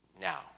now